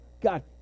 God